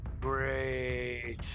Great